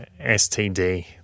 STD